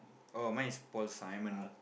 oh mine is Paul-Simon